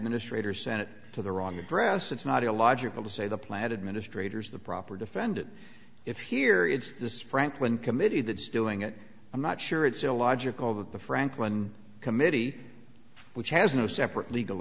administrator sent it to the wrong address it's not illogical to say the plant administrators the proper defendant if here it's this franklin committee that's doing it i'm not sure it's illogical that the franklin committee which has no separate legal